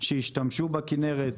שישתמשו בכנרת.